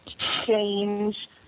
change